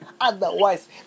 Otherwise